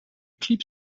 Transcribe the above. clip